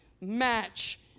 match